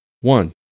One